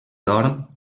dorm